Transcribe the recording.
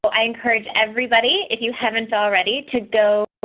so i encourage everybody if you haven't already to go